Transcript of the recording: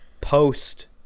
post